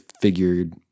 figured